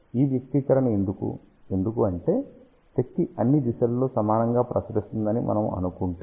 ఈ వ్యక్తీకరణ ఎందుకు ఎందుకంటే శక్తి అన్ని దిశలలో సమానంగా ప్రసరిస్తుందని మనము అనుకుంటే